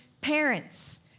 parents